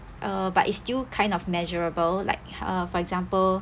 uh but it's still kind of measurable like uh for example